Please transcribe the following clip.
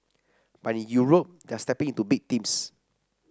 but in Europe they are stepping into big teams